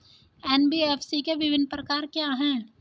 NBFC के विभिन्न प्रकार क्या हैं?